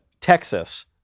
Texas